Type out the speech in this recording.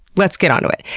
let's get on to it.